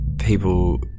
People